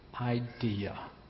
idea